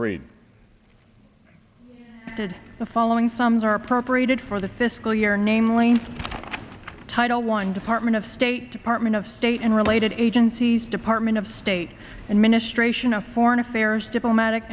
the following sums are appropriated for the fiscal year namely title one department of state department of state and related agencies department of state and ministration of foreign affairs diplomatic